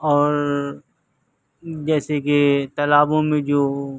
اور جیسے کہ تالابوں میں جو